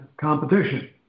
competition